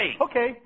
Okay